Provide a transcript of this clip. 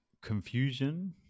confusion